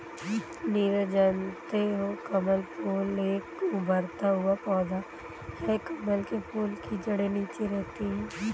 नीरज जानते हो कमल फूल एक उभरता हुआ पौधा है कमल के फूल की जड़े नीचे रहती है